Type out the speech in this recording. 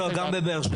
זה גם בבאר שבע.